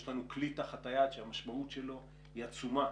יש לנו כלי תחת היד, שהמשמעות שלו היא עצומה.